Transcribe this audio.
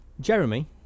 Jeremy